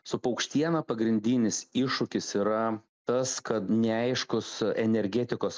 su paukštiena pagrindinis iššūkis yra tas kad neaiškus energetikos